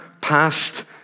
past